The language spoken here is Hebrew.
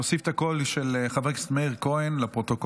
נוסיף את הקול של חבר הכנסת מאיר כהן לפרוטוקול.